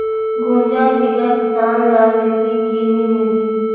गुनजा बिजा किसान ल मिलही की नी मिलही?